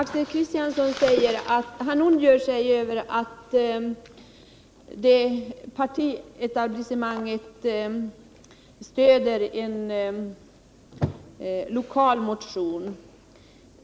Herr talman! Axel Kristiansson ondgör sig över att partietablissemanget stödjer en lokal motion.